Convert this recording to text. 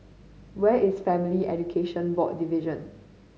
where is Family Education Board Division